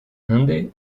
ande